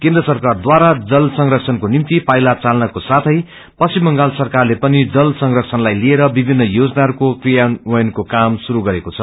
केन्द्र सरकारद्वारा जल संरक्षणको निम्ति पाइला चाल्नको साथै पश्चिम बंगाल सरकारले पनि जल संरक्षणलाई लिएर विभिन्न योजनाहरूको क्रियान्वयनको काम शुरू गरेको छ